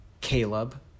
Caleb